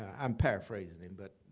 ah i'm paraphrasing him. but